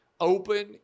Open